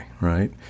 right